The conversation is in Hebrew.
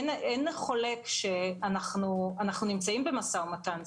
אין חולק על כך שאנחנו נמצאים במשא ומתן.